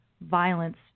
violence